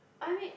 I mean